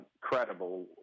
Credible